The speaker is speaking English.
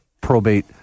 probate